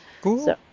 Cool